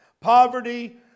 poverty